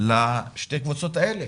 בשתי הקבוצות האלה.